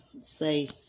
say